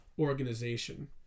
organization